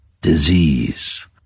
Disease